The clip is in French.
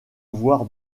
voir